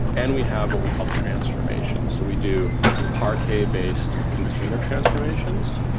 and we have what we call transformation. so we do parquet-based container transformations.